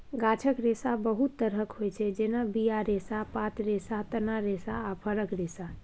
गाछक रेशा बहुत तरहक होइ छै जेना बीया रेशा, पात रेशा, तना रेशा आ फरक रेशा